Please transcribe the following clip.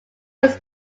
was